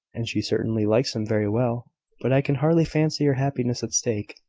and she certainly likes him very well but i can hardly fancy her happiness at stake.